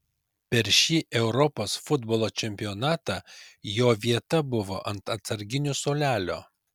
per šį europos futbolo čempionatą jo vieta buvo ant atsarginių suolelio